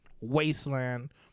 wasteland